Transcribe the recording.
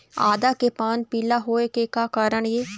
आदा के पान पिला होय के का कारण ये?